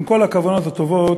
עם כל הכוונות הטובות,